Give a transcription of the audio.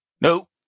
Nope